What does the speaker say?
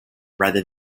rather